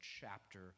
chapter